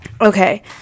Okay